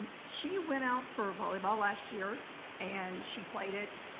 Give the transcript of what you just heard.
she went out for volleyball last year and she played it.